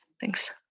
Thanks